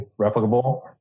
replicable